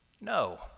No